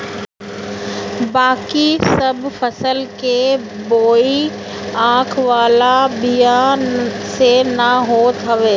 बाकी सब फसल के बोआई आँख वाला बिया से ना होत हवे